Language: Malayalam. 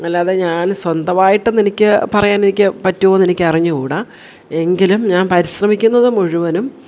അല്ലാതെ ഞാൻ സ്വന്തമായിട്ടും എനിക്ക് പറയാൻ എനിക്ക് പറ്റുമോയെന്ന് എനിക്കറിഞ്ഞു കൂട എങ്കിലും ഞാൻ പരിശ്രമിക്കുന്നത് മുഴുവനും